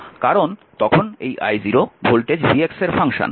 কারণ তখন এই i0 ভোল্টেজ vx এর ফাংশন